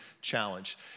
challenge